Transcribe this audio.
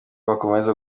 bazakomeza